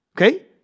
okay